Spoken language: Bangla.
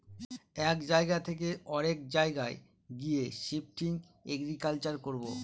এক জায়গা থকে অরেক জায়গায় গিয়ে শিফটিং এগ্রিকালচার করবো